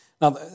Now